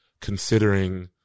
considering